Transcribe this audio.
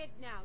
now